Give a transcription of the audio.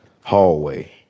hallway